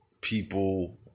people